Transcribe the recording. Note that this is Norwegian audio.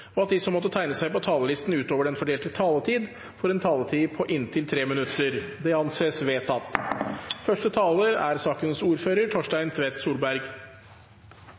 og at de som måtte tegne seg på talerlisten utover den fordelte taletid, får en taletid på inntil 3 minutter. – Det anses vedtatt. Som sakens ordfører